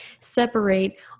separate